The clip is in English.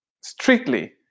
strictly